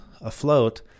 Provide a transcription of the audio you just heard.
afloat